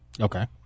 Okay